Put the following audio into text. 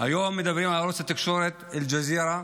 היום מדברים על ערוץ התקשורת אל-ג'זירה,